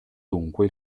dunque